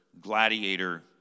gladiator